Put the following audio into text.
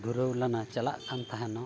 ᱫᱷᱩᱨᱟᱹᱣ ᱞᱮᱱᱟ ᱪᱟᱞᱟᱜ ᱠᱟᱱ ᱛᱟᱦᱮᱱᱚᱜ